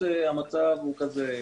המצב היא כזאת,